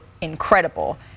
incredible